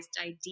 idea